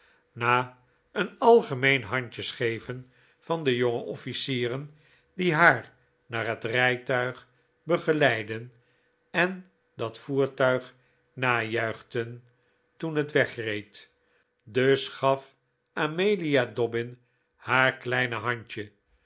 na een algemeen handjesgeven van de jonge offlcieren die haar naar haar rijtuig begeleidden en dat voertuig najuichten toen het wegreed dus gaf amelia dobbin haar klein handje